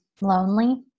lonely